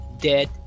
dead